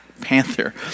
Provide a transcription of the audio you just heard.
Panther